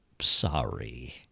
sorry